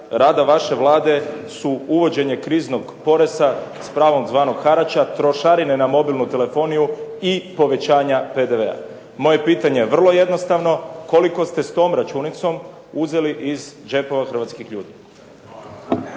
rada vaše Vlade su: uvođenje kriznog poreza s pravom zvanog harača, trošarine na mobilnu telefoniju i povećanja PDV-a. Moje je pitanje je vrlo jednostavno. Koliko ste s tom računicom uzeli iz džepova hrvatskih ljudi?